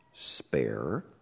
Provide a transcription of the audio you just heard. Spare